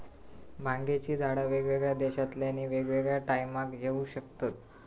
भांगेची झाडा वेगवेगळ्या देशांतल्यानी वेगवेगळ्या टायमाक येऊ शकतत